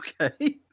Okay